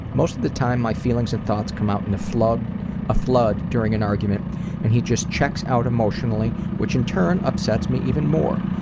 most of the time, my feelings and thoughts come out in a flood ah flood during an argument and he just check out emotionally, which in turn, upsets me even more.